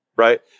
Right